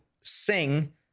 sing